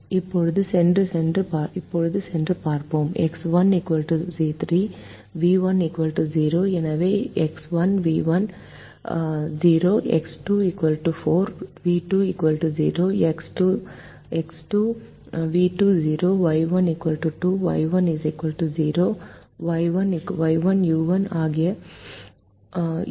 இப்போது சென்று சென்று பார்ப்போம் எக்ஸ் 1 3 வி 1 0 எனவே x 1 v 1 0 x 2 4 v 2 0 x 2 v 2 0 y 1 2 u 1 0 Y1 u1 என்பது 0 Y2 1 u2 0 Y2 u2 என்பது 0